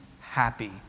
happy